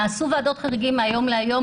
נעשו ועדות חריגים מהיום להיום.